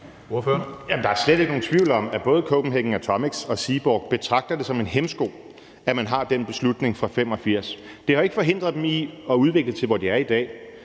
Der er slet ikke nogen tvivl om, at både Copenhagen Atomics og Seaborg betragter det som en hæmsko, at man har den beslutning fra 1985. Det har jo så ikke forhindret dem i at udvikle det dertil, hvor de er i dag.